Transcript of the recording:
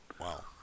wow